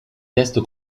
testo